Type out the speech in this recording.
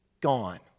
gone